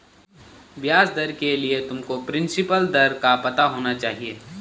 ब्याज दर के लिए तुमको प्रिंसिपल दर का पता होना चाहिए